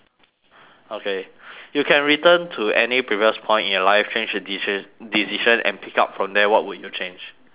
okay you can return to any previous point in your life change your deci~ decision and pick up from there what would you change